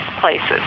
places